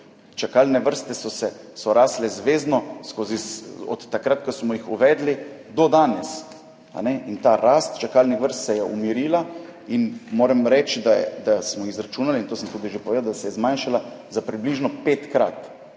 čakalne vrste so rasle zvezno od takrat, ko smo jih uvedli, do danes – ta rast čakalnih vrst se je umirila. Moram reči, da smo izračunali, to sem tudi že povedal, da se je zmanjšala za približno petkrat.